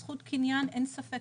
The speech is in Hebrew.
זכות קניין אין ספק,